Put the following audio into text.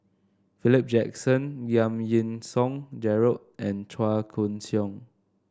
Philip Jackson Giam Yean Song Gerald and Chua Koon Siong